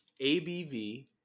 ABV